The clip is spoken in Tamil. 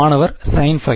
மாணவர் sin π